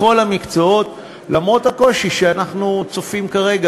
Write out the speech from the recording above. בכל המקצועות, למרות הקושי שאנחנו צופים כרגע